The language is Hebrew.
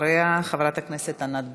אחריה, חברת הכנסת ענת ברקו.